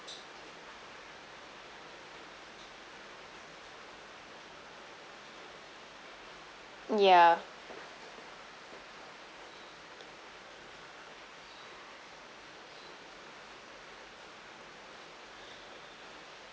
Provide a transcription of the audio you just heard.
ya